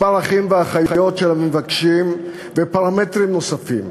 מספר האחים והאחיות של המבקשים ופרמטרים נוספים.